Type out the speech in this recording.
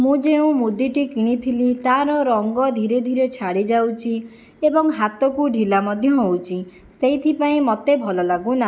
ମୁଁ ଯେଉଁ ମୁଦିଟି କିଣିଥିଲି ତାର ରଙ୍ଗ ଧୀରେ ଧୀରେ ଛାଡ଼ି ଯାଉଛି ଏବଂ ହାତକୁ ଢିଲା ମଧ୍ୟ ହେଉଛି ସେଇଥିପାଇଁ ପାଇଁ ମୋତେ ଭଲ ଲାଗୁନା